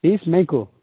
تیس مئی کو